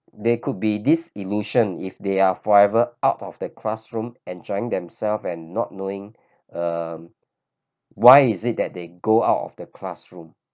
they could be this illusion if they are forever out of the classroom enjoying them-self and not knowing um why is it that they go out of the classroom